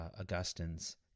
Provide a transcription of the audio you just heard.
Augustine's